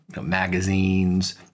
Magazines